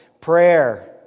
prayer